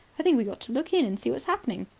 i think we ought to look in and see what's happening.